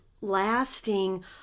lasting